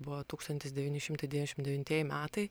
buvo tūkstantis devyni šimtai devyniasdešim devintieji metai